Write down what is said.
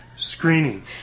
Screening